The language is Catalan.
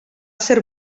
ser